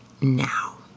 now